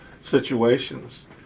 situations